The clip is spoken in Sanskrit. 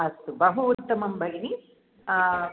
अस्तु बहु उत्तमं भगिनी